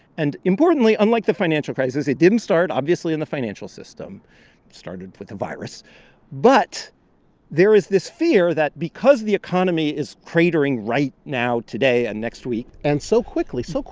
and importantly, unlike the financial crisis it didn't start, obviously, in the financial system it started with the virus but there is this fear that because the economy is cratering right now, today and next week. and so quickly, so